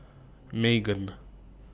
Megan